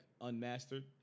unmastered